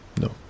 No